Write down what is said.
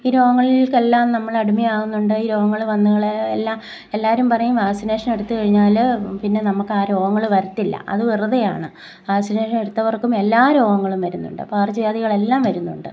ഈ രോഗങ്ങള്ക്കെല്ലാം നമ്മൾ അടിമയാവുന്നുണ്ട് ഈ രോഗങ്ങൾ വന്നു കളാ എല്ലാ എല്ലാവരും പറയും വാക്സിനേഷൻ എടുത്ത് കഴിഞ്ഞാൽ പിന്നെ നമുക്ക് ആ രോഗങ്ങൾ വരത്തില്ല അത് വെറുതെയാണ് വാക്സിനേഷൻ എടുത്തവര്ക്കും എല്ലാ രോഗങ്ങളും വരുന്നുണ്ട് പകര്ച്ചവ്യാധികൾ എല്ലാം വരുന്നുണ്ട്